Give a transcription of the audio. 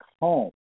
home